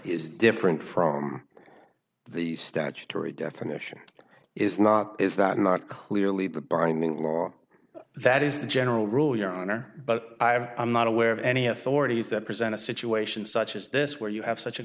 is different from the statutory definition is not is that not clearly the binding law that is the general rule your honor but i have i'm not aware of any authorities that present a situation such as this where you have such a